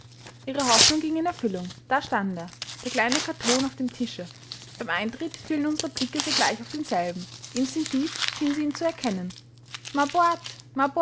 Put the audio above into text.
ihre hoffnung ging in erfüllung da stand er der kleine karton auf dem tische beim eintritt fielen unsere blicke sogleich auf denselben instinktiv schien sie ihn zu erkennen